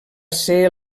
esser